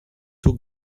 two